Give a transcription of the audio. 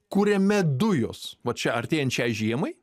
kuriame dujos vat čia artėjant šiai žiemai